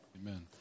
Amen